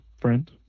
friend